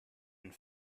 and